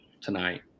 tonight